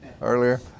earlier